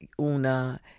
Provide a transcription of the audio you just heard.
Una